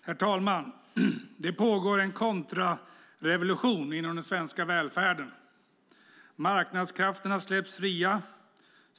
Herr talman! Det pågår en kontrarevolution inom den svenska välfärden. Marknadskrafterna släpps fria.